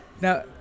now